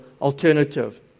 alternative